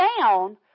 down